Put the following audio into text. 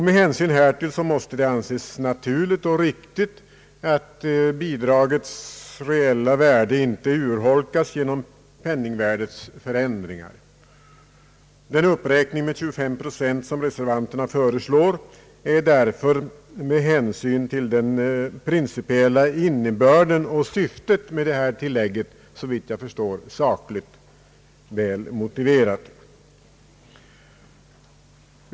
Med hänsyn härtill bör det anses naturligt och riktigt att bidragets reella värde inte urholkas genom penningvärdesförändringar. Den uppräkning med 25 procent som re servanterna föreslår är därför med hänsyn till den principiella innebörden och syftet med detta tillägg, såvitt jag förstår, sakligt väl motiverad.